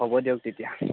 হ'ব দিয়ক তেতিয়া